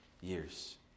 years